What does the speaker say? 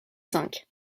cinq